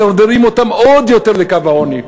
מדרדרים אותם עוד יותר לקו העוני.